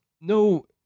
no